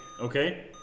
Okay